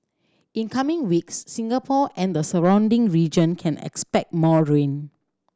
in coming weeks Singapore and the surrounding region can expect more rain